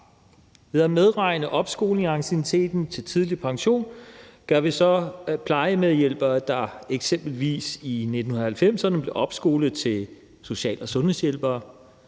Ved at medregne opskoling i ancienniteten til tidlig pension gør vi så, at plejemedhjælpere, der eksempelvis i 1990’erne blev opskolet til social- og sundhedsjælpere,